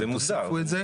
אתם תוסיפו את זה?